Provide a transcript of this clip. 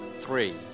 three